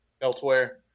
elsewhere